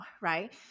right